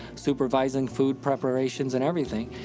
supervising food preparations, and everything.